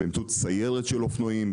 באמצעות סיירת של אופנועים,